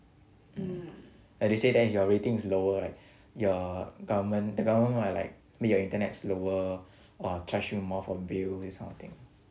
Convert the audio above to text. like they say then if your rating is lower right your government the government might like make your internet slower or charge you more for bill this kind of thing